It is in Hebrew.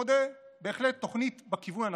מודה, בהחלט תוכנית בכיוון הנכון.